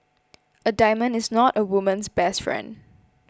a diamond is not a woman's best friend